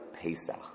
Pesach